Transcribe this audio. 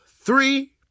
three